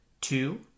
Two